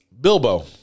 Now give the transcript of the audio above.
Bilbo